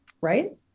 right